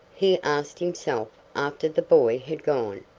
he asked himself after the boy had gone.